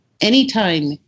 Anytime